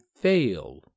fail